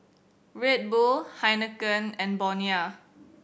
Red Bull Heinekein and Bonia